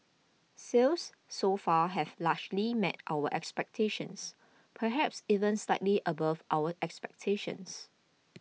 sales so far have largely met our expectations perhaps even slightly above our expectations